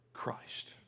Christ